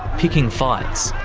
picking fights,